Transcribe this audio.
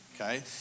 Okay